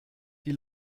die